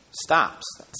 stops